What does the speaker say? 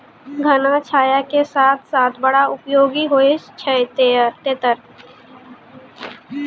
घना छाया के साथ साथ बड़ा उपयोगी होय छै तेतर